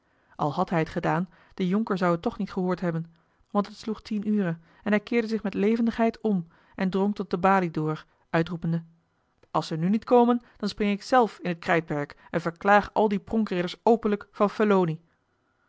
al had hij het gedaan de jonker zou het toch niet gehoord hebben want het sloeg tien ure en hij keerde zich met levendigheid om en drong tot de balie door uitroepende als ze nu niet komen dan spring ik zelf in t krijtperk en verklaag al die pronkridders openlijk van